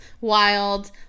wild